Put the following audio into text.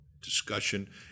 discussion